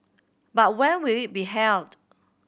but when will it be held